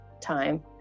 time